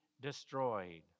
destroyed